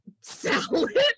Salad